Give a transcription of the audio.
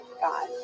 God